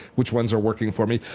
which ones are working for me.